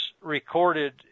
recorded